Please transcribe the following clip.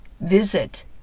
visit